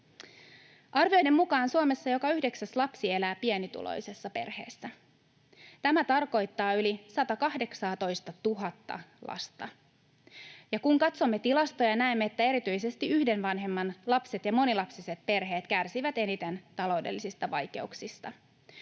Arvioiden mukaan Suomessa joka yhdeksäs lapsi elää pienituloisessa perheessä. Tämä tarkoittaa yli 118 000:aa lasta. Ja kun katsomme tilastoja, näemme, että erityisesti yhden vanhemman lapset ja monilapsiset perheet kärsivät eniten taloudellisista vaikeuksista.